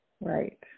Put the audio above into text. Right